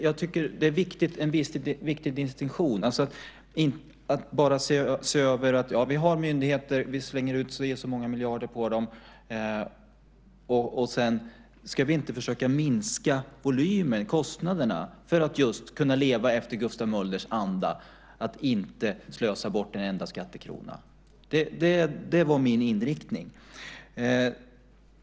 Jag tycker att det är en viktig distinktion mellan detta och att bara se över en sak. Ja, vi har myndigheter och vi slänger ut si och så många miljarder på dem, men sedan ska vi inte försöka minska volymen och kostnaderna för att just kunna leva i Gustav Möllers anda och inte slösa bort en enda skattekrona. Det var det jag tänkte på.